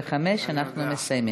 22:45 אנחנו מסיימים.